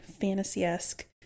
fantasy-esque